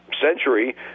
century